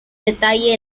detalle